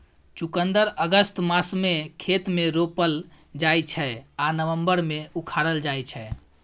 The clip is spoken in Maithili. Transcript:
चुकंदर अगस्त मासमे खेत मे रोपल जाइ छै आ नबंबर मे उखारल जाइ छै